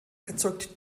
erzeugt